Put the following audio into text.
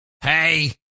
Hey